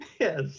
Yes